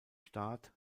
start